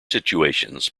situations